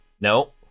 No